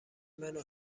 منو